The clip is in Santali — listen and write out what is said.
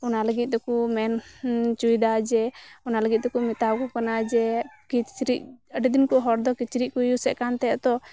ᱚᱱᱟ ᱞᱟᱜᱤᱜ ᱫᱚᱠᱚ ᱢᱮᱱ ᱪᱚᱭ ᱫᱟ ᱡᱮ ᱚᱱᱟ ᱞᱟᱹᱜᱤᱫ ᱛᱮᱠᱚ ᱢᱮᱛᱟᱣ ᱠᱚ ᱠᱟᱱᱟ ᱡᱮ ᱠᱤᱪᱨᱤᱡ ᱟᱹᱰᱤ ᱫᱤᱱ ᱠᱚᱡ ᱦᱚᱲ ᱫᱚ ᱠᱤᱪᱨᱤᱜ ᱠᱚ ᱤᱭᱩᱡᱮᱜ ᱠᱟᱱ ᱛᱟᱦᱮᱸ ᱛᱚ